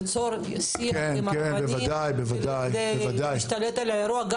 ליצור שיח עם הרבנים כדי להשתלט על האירוע?